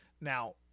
now